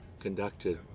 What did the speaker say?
conducted